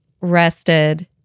rested